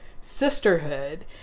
sisterhood